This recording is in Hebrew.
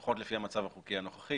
לפחות לפי המצב החוקי הנוכחי.